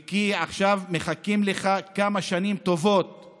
כי עכשיו מחכות לך כמה שנים טובות של